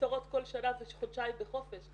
מפוטרות כל שנה וחודשיים בחופש?